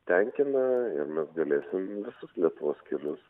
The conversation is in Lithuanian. tenkina ir mes galėsim visus lietuvos kelius